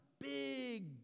big